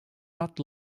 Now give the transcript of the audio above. not